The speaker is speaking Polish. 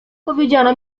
powiedziano